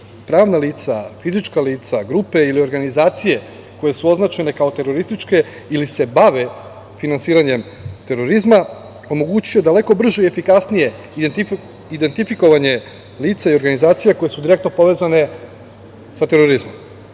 pravna lica, fizička lica, grupe ili organizacije koje su označene kao terorističke ili se bave finansiranjem terorizma, omogućuje daleko brže i efikasnije identifikovanje lica i organizacija koje su direktno povezane sa terorizmom,